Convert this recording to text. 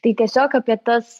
tai tiesiog apie tas